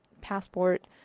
passport